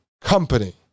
company